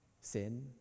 sin